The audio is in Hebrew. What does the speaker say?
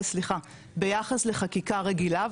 סליחה ביחס לחקיקה רגילה,